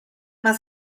más